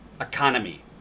economy